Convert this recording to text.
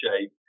shape